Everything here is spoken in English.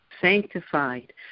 sanctified